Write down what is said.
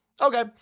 Okay